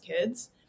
kids